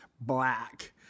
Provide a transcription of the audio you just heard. black